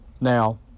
Now